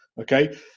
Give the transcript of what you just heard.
Okay